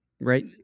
Right